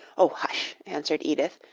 oh, hush, answered edith,